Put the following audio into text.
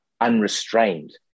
unrestrained